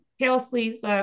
Kelsey's